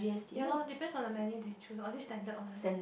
ya lor depends on the menu they choose or is it standard one